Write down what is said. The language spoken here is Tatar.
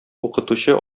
укытучы